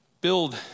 build